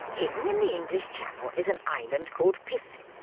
hidden in the english channel is an island called piffling.